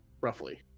roughly